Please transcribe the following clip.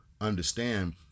understand